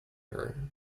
her